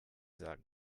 sagen